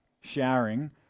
showering